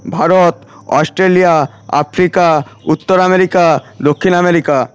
Bharat Australia Africa উত্তর America দক্ষিণ America